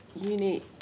unique